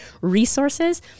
resources